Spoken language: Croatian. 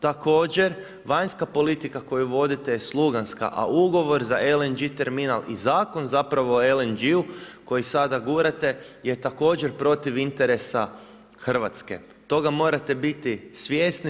Također vanjska politika koju vodite je sluganska, a ugovor za LNG terminal i zakon zapravo o LNG-u koji sada gurate je također protiv interesa Hrvatske, toga morate biti svjesni.